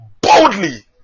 boldly